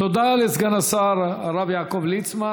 תודה לסגן השר הרב יעקב ליצמן.